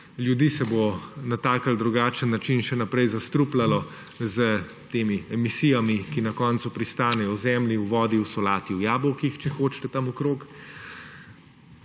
ljudi se bo na tak ali drugačen način še naprej zastrupljalo s temi emisijami, ki na koncu pristanejo v zemlji, v vodi, v solati, v jabolkih, če hočete, tam okrog.